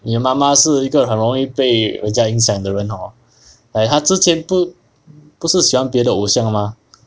你妈妈是一个很容易被人家影响的人 hor like 她之前不不是喜欢别的偶像 mah